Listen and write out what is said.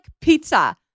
pizza